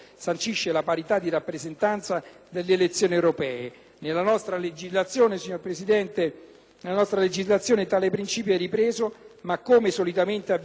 Nella nostra legislazione tale principio è ripreso, ma, come solitamente avviene per le questioni di genere, soltanto in linea teorica.